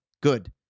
good